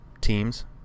teams